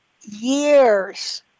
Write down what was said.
years